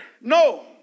No